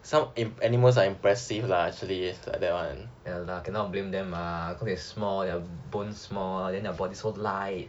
ya lah cannot blame them mah cause they small then their bones small then their bodies so light